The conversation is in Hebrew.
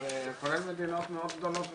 כולל מדינות מאוד גדולות וחשובות.